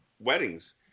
Weddings